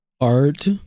Art